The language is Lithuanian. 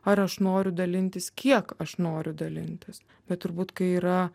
ar aš noriu dalintis kiek aš noriu dalintis bet turbūt kai yra